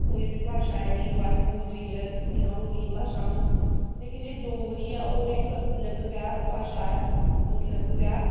कोई बी भाशा जेह्ड़ी जो अस स्कूल जाइयै गै सिक्खने आं होर केईं भाशा न लेकिन जेह्ड़ी डोगरी ऐ ओह् इक अलग गै भाशा ऐ ओह् अलग गै